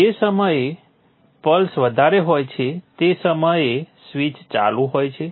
જે સમયે પલ્સ વધારે હોય છે તે સમયે સ્વીચ ચાલુ હોય છે